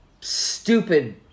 stupid